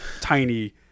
tiny